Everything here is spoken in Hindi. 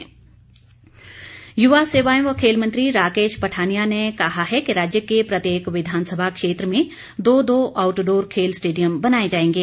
राकेश पठानिया युवा सेवाएं व खेल मंत्री राकेश पठानिया ने कहा है कि राज्य के प्रत्येक विधानसभा क्षेत्र में दो दो आउटडोर खेल स्टेडियम बनाए जाएंगे